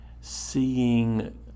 seeing